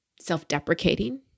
self-deprecating